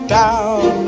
down